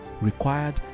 required